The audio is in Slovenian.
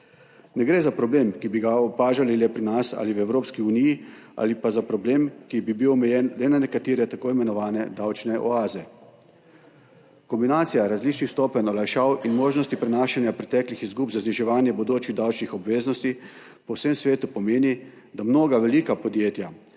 Ne gre za problem, ki bi ga opažali le pri nas ali v Evropski uniji, ali pa za problem, ki bi bil omejen le na nekatere tako imenovane davčne oaze. Kombinacija različnih stopenj olajšav in možnosti prenašanja preteklih izgub za zniževanje bodočih davčnih obveznosti po vsem svetu pomeni, da mnoga velika podjetja